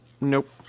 Nope